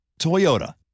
Toyota